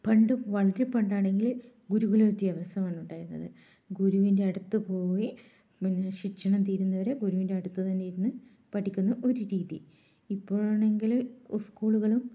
പണ്ട് വളരെ പണ്ട് ആണെങ്കില് ഗുരുകുല വിദ്യാഭ്യാസം ആണ് ഉണ്ടായിരുന്നത് ഗുരുവിന്റെ അടുത്ത് പോയി പിന്നെ ശിക്ഷണം തീരുന്നതുവരെ ഗുരുവിന്റെ അടുത്ത് തന്നെ ഇരുന്ന് പഠിക്കുന്ന ഒരു രീതി ഇപ്പോള് ആണെങ്കിൽ സ്കൂളുകളും